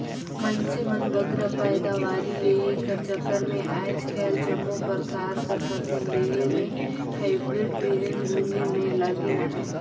मइनसे मन बगरा पएदावारी लेहे कर चक्कर में आएज काएल जम्मो परकार कर फसिल लेहे में हाईब्रिड बीहन बुने में लगिन अहें